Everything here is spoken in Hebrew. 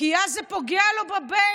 כי אז זה פוגע לו בבייס.